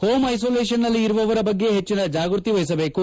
home ಐಸೊಲೇಷನ್ನಲ್ಲಿ ಇರುವವರ ಬಗ್ಗೆ ಹೆಚ್ಚಿನ ಜಾಗ್ರತೆ ವಹಿಸಬೇಕು